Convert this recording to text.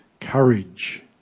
courage